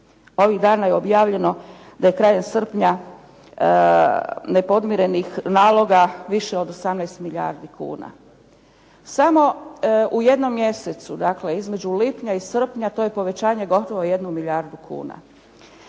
Ovih dana je objavljeno da je krajem srpnja nepodmirenih naloga više od 18 milijardi kuna. Samo u jednom mjesecu, dakle između lipnja i srpnja, to je povećanje gotovo 1 milijardu kuna.